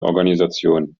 organisation